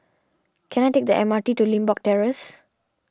can I take the M R T to Limbok Terrace